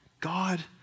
God